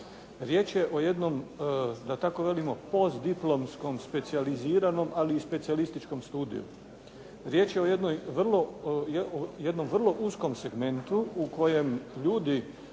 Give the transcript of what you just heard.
Riječ je o jednom da tako velimo postdiplomskom specijaliziranom, ali i specijalističkom studiju. Riječ je o jednoj vrlo, o jednom vrlo uskom segmentu u kojem ljudi